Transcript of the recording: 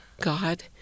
God